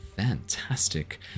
Fantastic